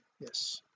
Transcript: yes